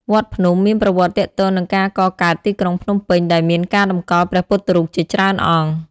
វត្តភ្នំមានប្រវត្តិទាក់ទងនឹងការកកើតទីក្រុងភ្នំពេញ ដែលមានការតម្កល់ព្រះពុទ្ធរូបជាច្រើនអង្គ។